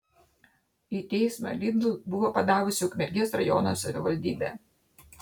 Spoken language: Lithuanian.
į teismą lidl buvo padavusi ukmergės rajono savivaldybė